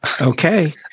Okay